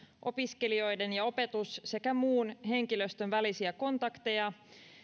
opiskelijoiden ja opetus sekä muun henkilöstön välisiä kontakteja